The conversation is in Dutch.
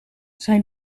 zijn